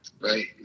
Right